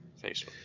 facebook